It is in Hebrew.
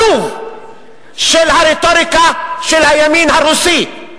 עלוב, של הרטוריקה של הימין הרוסי.